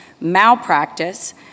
malpractice